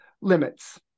limits